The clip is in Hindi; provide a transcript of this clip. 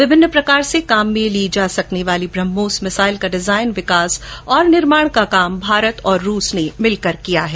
विभिन्न प्रकार से काम में लायी जा सकने वाली ब्रह्मोस मिसाइल का डिजाइन विकास और निर्माण का कार्य भारत और रूस ने मिलकर किया है